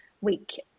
week